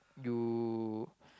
you